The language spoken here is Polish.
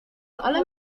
ale